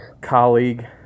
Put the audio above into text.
colleague